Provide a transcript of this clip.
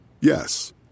Yes